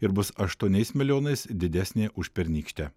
ir bus aštuoniais milijonais didesnė už pernykštę